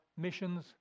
missions